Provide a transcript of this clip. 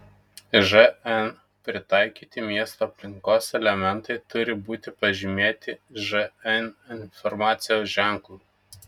žn pritaikyti miesto aplinkos elementai turi būti pažymėti žn informacijos ženklu